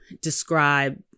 describe